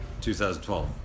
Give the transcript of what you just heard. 2012